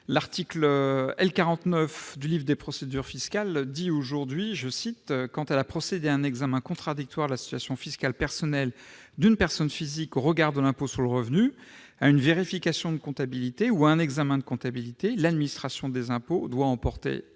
L'article L. 49 du livre des procédures fiscales dispose :« Quand elle a procédé à un examen contradictoire de la situation fiscale personnelle d'une personne physique au regard de l'impôt sur le revenu, à une vérification de comptabilité ou à un examen de comptabilité, l'administration des impôts doit en porter